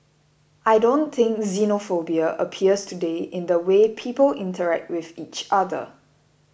I don't think xenophobia appears today in the way people interact with each other